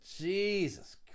Jesus